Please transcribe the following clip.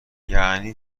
یعنی